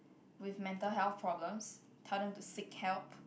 with metal health problems tell them to seek help